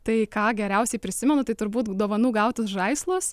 tai ką geriausiai prisimenu tai turbūt dovanų gautas žaislas